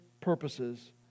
purposes